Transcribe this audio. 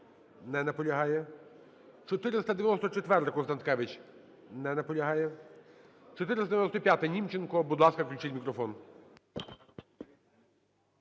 Не наполягає. 494-а,Констанкевич. Не наполягає. 495,Німченко. Будь ласка, включіть мікрофон.